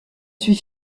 suis